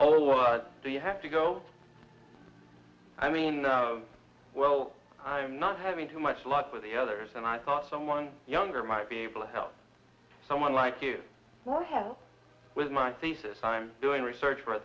all what do you have to go i mean well i'm not having too much luck with the others and i thought someone younger might be able to help someone like you for help with my thesis i'm doing research for a